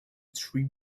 tree